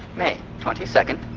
may twenty-second,